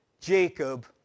Jacob